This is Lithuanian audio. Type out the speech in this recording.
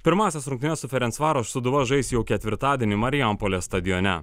pirmąsias rungtynes su ferencvaros sūduva žais jau ketvirtadienį marijampolės stadione